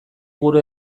gure